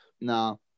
No